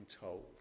told